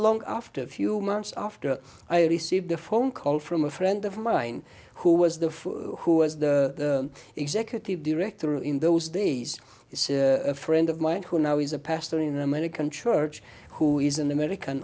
long after a few months after i received a phone call from a friend of mine who was the who was the executive director in those days is a friend of mine who now is a pastor in american church who is an american